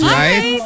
right